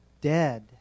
dead